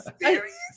serious